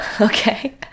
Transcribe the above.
Okay